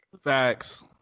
facts